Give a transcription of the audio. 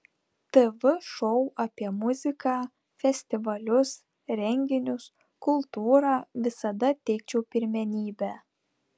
tv šou apie muziką festivalius renginius kultūrą visada teikčiau pirmenybę